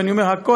ואני אומר הכול,